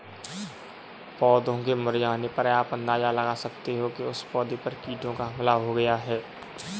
पौधों के मुरझाने पर आप अंदाजा लगा सकते हो कि उस पौधे पर कीटों का हमला हो गया है